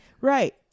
right